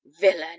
villain